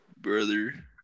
Brother